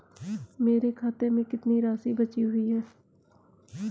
मेरे खाते में कितनी राशि बची हुई है?